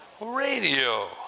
Radio